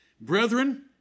Brethren